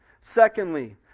Secondly